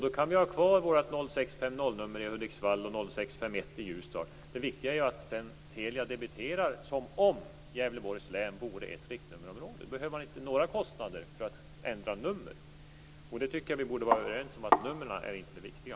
Då kan vi ha kvar vårt 0650 nummer i Hudiksvall och 0651 i Ljusdal. Det viktiga är ju att Telia sedan debiterar som om Gävleborgs län vore ett riktnummerområde. Då behöver det inte bli några kostnader för att ändra nummer. Jag tycker att vi borde vara överens om att numren inte är viktiga.